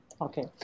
Okay